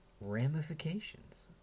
ramifications